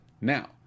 now